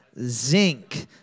zinc